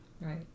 Right